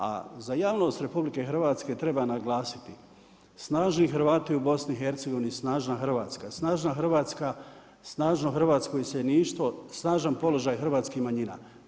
A za javnost RH, treba naglasiti, snaži Hrvati u BIH, snažna Hrvatska, snažna Hrvatska, snažno hrvatsko iseljeništvo, snažan položaj hrvatskih manjina.